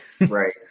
Right